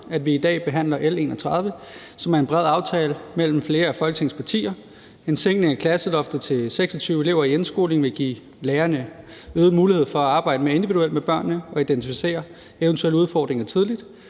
at vi i dag behandler L 31, som udmønter en bred aftale mellem flere af Folketingets partier. En sænkelse af klasseloftet til 26 elever i indskolingen vil give lærerne øget mulighed for at arbejde mere individuelt med børnene og identificere eventuelle udfordringer tidligt.